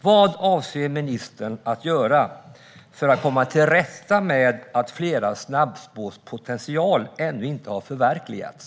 Vad avser ministern att göra för att komma till rätta med att flera snabbspårs potential ännu inte har förverkligats?